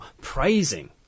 praising